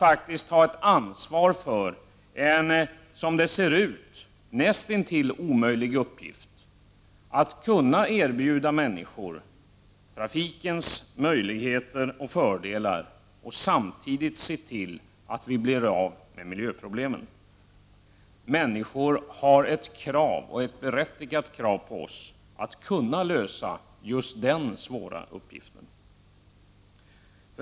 Det handlar då om att ta ansvar för, som det ser ut, en nästintill omöjlig uppgift — nämligen att erbjuda människor trafikens möjligheter och fördelar samtidigt som miljöproblemen undanröjs. Människor ställer det berättigade kravet på oss att vi löser just den svåra uppgiften.